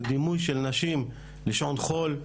זה דימויי של נשים לשעון חול,